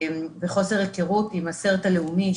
וחוסר היכרות עם 'הסרט הלאומי',